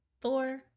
thor